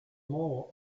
membres